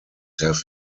have